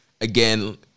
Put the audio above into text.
Again